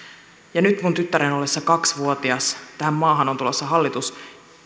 ja nyt minun tyttäreni ollessa kaksi vuotias tähän maahan on tulossa hallitus